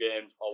games